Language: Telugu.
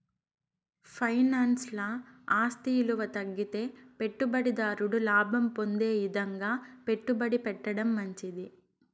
ఫైనాన్స్ల ఆస్తి ఇలువ తగ్గితే పెట్టుబడి దారుడు లాభం పొందే ఇదంగా పెట్టుబడి పెట్టడం మంచిది